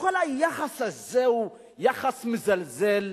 כל היחס הזה הוא יחס מזלזל,